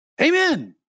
Amen